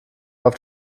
auf